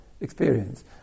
experience